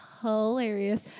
hilarious